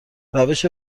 روش